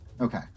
Okay